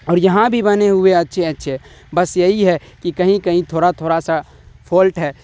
اور یہاں بھی بنے ہوئے اچھے اچھے بس یہی ہے کہ کہیں کہیں تھوڑا تھوڑا سا فولٹ ہے